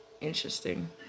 Interesting